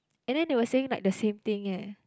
and then they were saying like the same thing eh